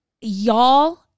Y'all –